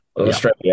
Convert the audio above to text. Australia